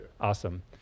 Awesome